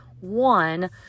one